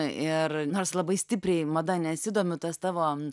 ir nors labai stipriai mada nesidomiu tas tavo